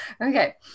Okay